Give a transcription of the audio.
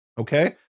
Okay